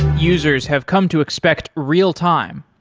users have come to expect real-time.